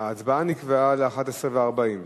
ההצבעה נקבעה ל-23:40.